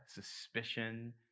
suspicion